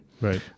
Right